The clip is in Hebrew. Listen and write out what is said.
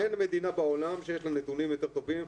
אין מדינה בעולם שיש לה נתונים יותר טובים.